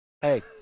Hey